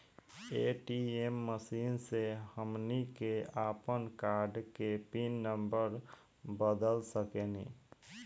ATM machine से हमनी के आपन कार्ड के पिन नम्बर बदल सके नी